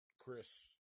Chris